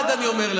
לא 1, לא 2, לא 3,